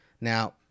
Now